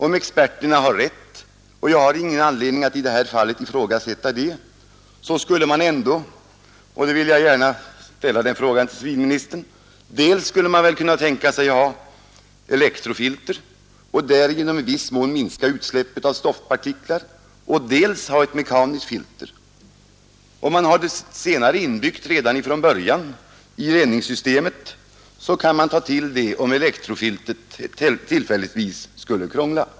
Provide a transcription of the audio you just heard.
Om experterna har rätt, och jag har ingen anledning att i det här fallet ifrågasätta detta, skulle man väl ändå — och det vill jag gärna fråga civilministern — dels kunna ha ett elektrofilter och därigenom i viss mån minska utsläppet av stoftpartiklar, dels ha ett mekaniskt filter? Om man har det senare redan från början inbyggt i reningssystemet, kan man ta till det om elektrofiltret tillfälligtvis skulle krångla.